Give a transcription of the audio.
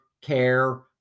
care